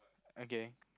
okay